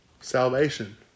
salvation